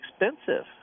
expensive